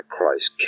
Christ